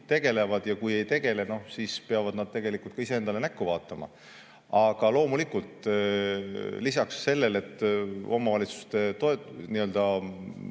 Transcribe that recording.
tegelevad, ja kui ei tegele, siis peavad nad tegelikult ka iseendale näkku vaatama. Aga loomulikult, lisaks sellele, et omavalitsuste rahaline